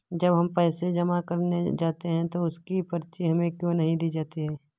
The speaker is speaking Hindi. जब हम पैसे जमा करने जाते हैं तो उसकी पर्ची हमें क्यो नहीं दी जाती है?